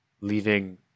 leaving